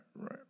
right